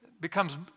becomes